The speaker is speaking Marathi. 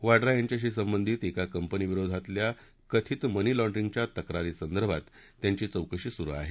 वाड्रा यांच्याशी संबंधित एका कंपनीविरोधातल्या कथित मनी लॉंड्रिंगच्या तक्रारीसंदर्भात त्यांची चौकशी सुरु आहे